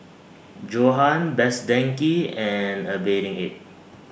Johan Best Denki and A Bathing Ape